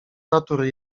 natury